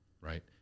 right